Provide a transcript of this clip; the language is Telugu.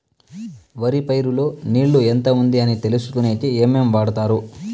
వరి పైరు లో నీళ్లు ఎంత ఉంది అని తెలుసుకునేకి ఏమేమి వాడతారు?